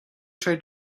tried